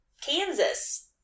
Kansas